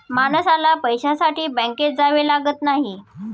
माणसाला पैशासाठी बँकेत जावे लागत नाही